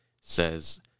says